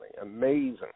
amazing